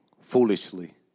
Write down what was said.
foolishly